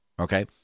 Okay